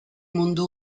mundu